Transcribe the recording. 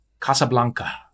Casablanca